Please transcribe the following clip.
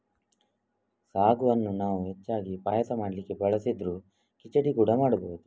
ಸಾಗುವನ್ನ ನಾವು ಹೆಚ್ಚಾಗಿ ಪಾಯಸ ಮಾಡ್ಲಿಕ್ಕೆ ಬಳಸಿದ್ರೂ ಖಿಚಡಿ ಕೂಡಾ ಮಾಡ್ಬಹುದು